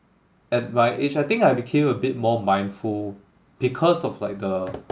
at my age I think I became a bit more mindful because of like the